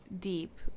deep